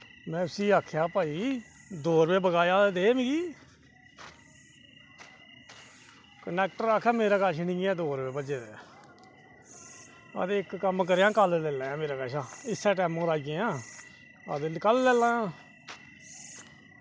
में उसी आक्खेआ भई दो रपेआ बकाया ते दे मिगी भई कंडक्टर आक्खै मेरे कश निं हैन दो रपेऽ भज्जे दे ते इक्क कम्म करेआं कल्ल लेई लेआं मेरे कशा इस्सै टैमें पर आई जायां ते कल्ल लेई लेआं